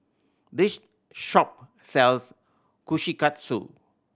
this shop sells Kushikatsu